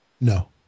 no